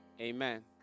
Amen